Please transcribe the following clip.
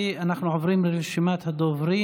אנחנו מכירים את הפוזיציה.